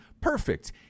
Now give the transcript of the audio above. Perfect